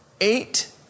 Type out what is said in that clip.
eight